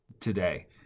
today